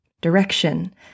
Direction